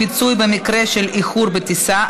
פיצוי במקרה של איחור בטיסה),